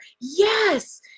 Yes